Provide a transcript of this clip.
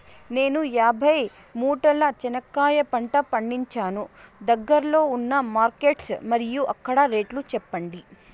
నేను యాభై మూటల చెనక్కాయ పంట పండించాను దగ్గర్లో ఉన్న మార్కెట్స్ మరియు అక్కడ రేట్లు చెప్పండి?